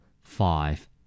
Five